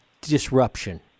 disruption